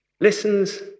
listens